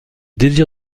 désir